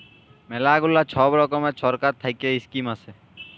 ম্যালা গুলা ছব রকমের ছরকার থ্যাইকে ইস্কিম আসে